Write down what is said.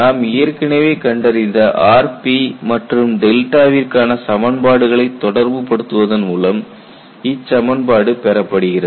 நாம் ஏற்கனவே கண்டறிந்த rp மற்றும் விற்கான சமன்பாடுகளை தொடர்பு படுத்துவதன் மூலம் இச்சமன்பாடு பெறப்படுகிறது